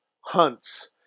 hunts